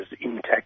intact